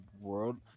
world